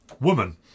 Woman